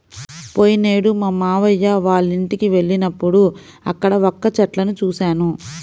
పోయినేడు మా మావయ్య వాళ్ళింటికి వెళ్ళినప్పుడు అక్కడ వక్క చెట్లను చూశాను